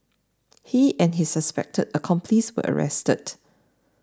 he and his suspected accomplice were arrested